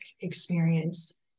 experience